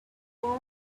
war